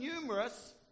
numerous